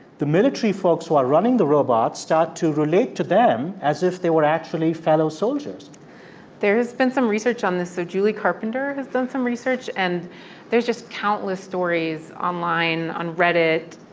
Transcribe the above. the military folks who are running the robots start to relate to them as if they were actually fellow soldiers there's been some research on this. so julie carpenter has done some research. and there's just countless stories online, on reddit,